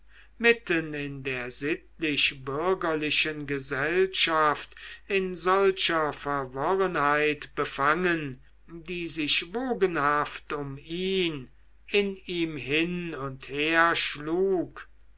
mitten in der sittlich bürgerlichen gesellschaft in solcher verworrenheit befangen die sich wogenhaft um ihn in ihm hin und her schlug